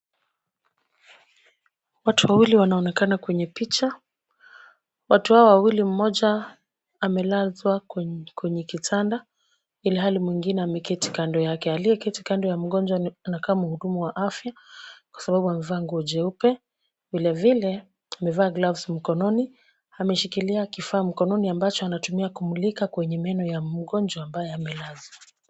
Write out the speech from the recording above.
Watu wawili wanaonekana kwenye picha. Watu hawa wawili mmoja amelazwa kwenye kitanda, ilhali mwingine ameketi kando yake. Aliyeketi kando ya mgonjwa anakaa mhudumu wa afya, kwa sababu amevaa nguo jeupe, vilevile amevaa gloves mkononi, ameshikilia kifaa mkononi ambacho anatumia kumulika kwenye meno ya mgonjwa ambaye amelazwa.